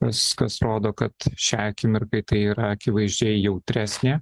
kas kas rodo kad šiai akimirkai tai yra akivaizdžiai jautresnė